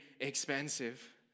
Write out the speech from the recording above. expensive